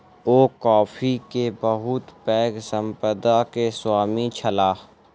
ओ coffee के बहुत पैघ संपदा के स्वामी छलाह